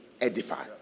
edify